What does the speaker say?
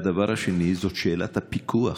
הדבר השני הוא סוגיית הפיקוח.